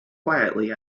quietly